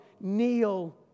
kneel